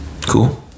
Cool